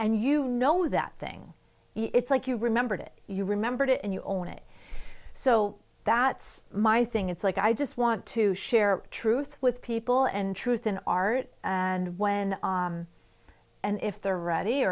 and you know that thing it's like you remembered it you remembered it and you own it so that's my thing it's like i just want to share truth with people and truth and art and when and if they're ready